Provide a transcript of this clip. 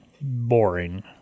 boring